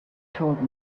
told